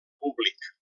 públic